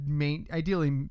ideally